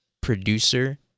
producer